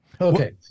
Okay